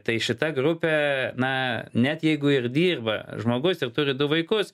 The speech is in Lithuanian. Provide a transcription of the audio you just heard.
tai šita grupė na net jeigu ir dirba žmogus ir turi du vaikus